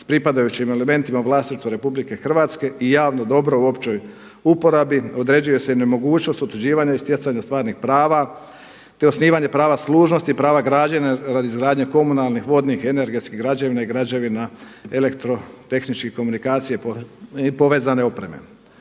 s pripadajućim elementima u vlasništvu RH i javno dobro u općoj uporabi, određuje se nemogućnost utvrđivanja i stjecanja stvarnih prava, te osnivanja prava služnosti, prava građenja radi izgradnje komunalnih, vodnih, energetskih građevina i građevina elektrotehničke komunikacija i povezane opreme.